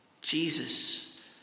Jesus